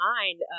mind